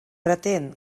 pretén